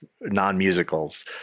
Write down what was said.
non-musicals